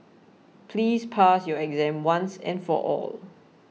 please pass your exam once and for all